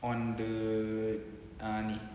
on the ah ni